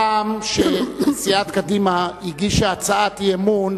מהטעם שסיעת קדימה הגישה הצעת אי-אמון